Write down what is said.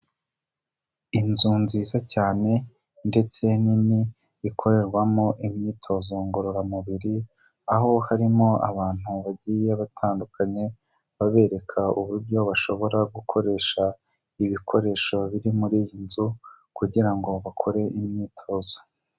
Inzu nziza cyane ndetse nini ikorerwamo imyitozo ngororamubiri aho harimo abantu bagiye batandukanye babereka uburyo bashobora gukoresha ibikoresho biri muri iyi nzu kugira ngo bakore imyitozo.